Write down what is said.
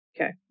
Okay